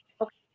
okay